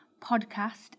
podcast